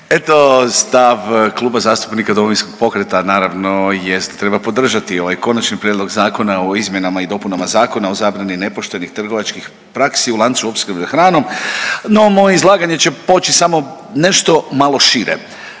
Eto stav Kluba zastupnika Domovinskog pokreta naravno jest treba podržati ovaj Konačni prijedlog Zakona o izmjenama i dopunama Zakona o zabrani nepoštenih trgovačkih praksi u lancu opskrbe hranom. No moje izlaganje će poći samo nešto malo šire,